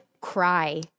cry